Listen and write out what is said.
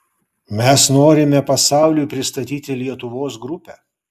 mes norime pasauliui pristatyti lietuvos grupę